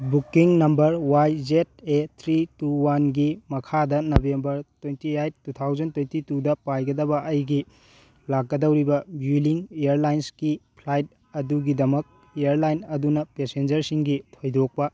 booking number Y Z A three two ꯋꯥꯟꯒꯤ ꯃꯈꯥꯗ November twenty eight two thousand twenty ꯇꯨꯗ ꯄꯥꯏꯒꯗꯕ ꯑꯩꯒꯤ ꯂꯥꯛꯀꯗꯧꯔꯤꯕ ꯕ꯭ꯌꯨꯂꯤꯡ ꯏꯌꯔꯂꯥꯏꯟꯁꯀꯤ ꯐ꯭ꯂꯥꯏꯠ ꯑꯗꯨꯒꯤꯗꯃꯛ ꯏꯌꯥꯔꯂꯥꯏꯟ ꯑꯗꯨꯅ ꯄꯦꯁꯦꯟꯖꯔꯁꯤꯡꯒꯤ ꯊꯣꯏꯗꯣꯛꯄ